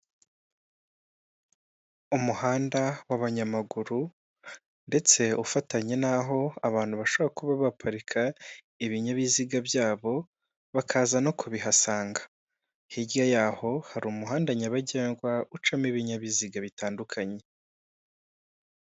Umuhanda w'abanyamaguru ndetse ufatanye n'aho abantu bashobora kuba baparika ibinyabiziga byabo bakaza no kubihasanga, hirya yaho hari umuhanda nyabagendwa ucamo ibinyabiziga bitandukanye.